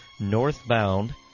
Northbound